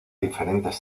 diferentes